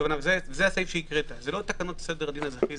זה לא תקנות סדר הדין האזרחי.